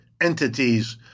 entities